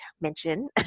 mention